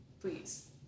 Please